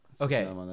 okay